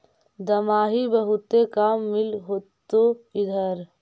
दमाहि बहुते काम मिल होतो इधर?